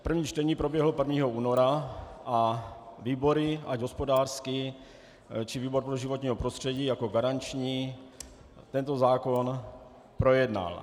První čtení proběhlo 1. února a výbory, ať hospodářský, či výbor pro životní prostředí jako garanční, tento zákon projednal.